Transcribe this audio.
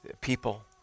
people